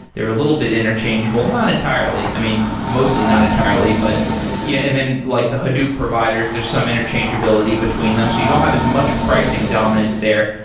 they're a little bit interchangeable. not entirely. i mean, mostly not entirely, but yeah and then like the hadoop providers, there's some interchangeability between them. so you don't have as much pricing dominance there.